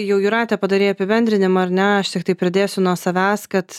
jau jūrate padarė apibendrinimą ar ne aš tiktai pridėsiu nuo savęs kad